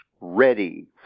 ready